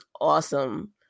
awesome